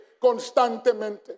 constantemente